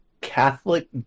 Catholic